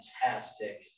fantastic